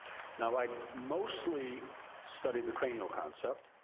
now, i had mostly studied the cranial concept.